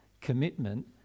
commitment